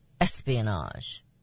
espionage